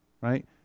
right